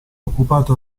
occupata